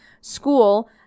school